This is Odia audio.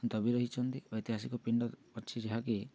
ଦବିି ରହିଛନ୍ତି ଐତିହାସିକ ପିଣ୍ଡ ଅଛି ଯାହାକି